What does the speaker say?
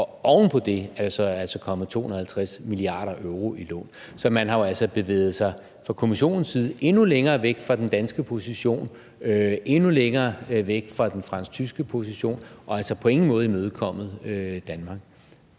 og oven på det er der så kommet 250 mia. euro i lån. Så man har jo altså fra Kommissionens side bevæget sig endnu længere væk fra den danske position, endnu længere væk fra den fra den fransk-tyske position, og har altså på ingen måde imødekommet Danmark.